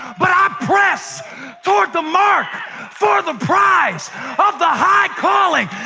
but i press toward the mark for the prize of the high calling.